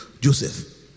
Joseph